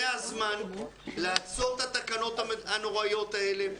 זה הזמן לעצור את התקנות הנוראיות האלה,